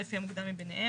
לפי המוקדם ביניהם.